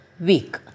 week